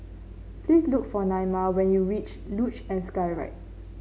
please look for Naima when you reach Luge and Skyride